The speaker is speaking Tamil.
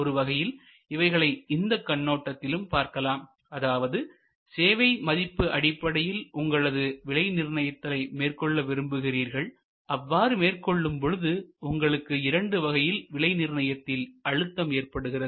ஒருவகையில் இவைகளை இந்த கண்ணோட்டத்திலும் பார்க்கலாம் அதாவது சேவை மதிப்பு அடிப்படையில் உங்களது விலை நிர்ணயித்தலை மேற்கொள்ள விரும்புகிறீர்கள் அவ்வாறு மேற்கொள்ளும் பொழுது உங்களுக்கு இரண்டு வகையில் விலை நிர்ணயத்தில் அழுத்தம் ஏற்படுகிறது